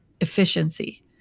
efficiency